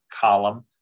column